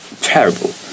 terrible